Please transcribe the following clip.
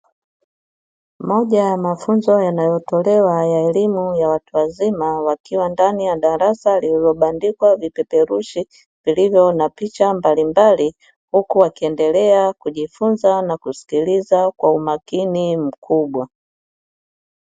Moja ya mafunzo yanayotolewa ya elimu ya watu wazima wakiwa ndani ya darasa lililobandikwa vipeperushi vilivyo na picha mbalimbali, huku wakiendelea kujifunza na kusikiliza kwa umakini mkubwa.